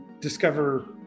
discover